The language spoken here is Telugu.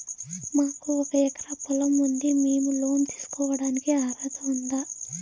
మాకు ఒక ఎకరా పొలం ఉంది మేము లోను తీసుకోడానికి అర్హత ఉందా